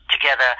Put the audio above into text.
together